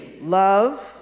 love